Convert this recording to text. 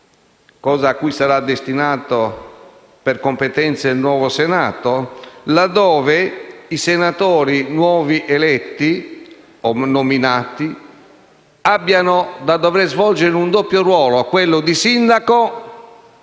competenza sarà destinato il nuovo Senato, laddove i senatori nuovi eletti o nominati abbiano da svolgere un doppio ruolo: quello di sindaco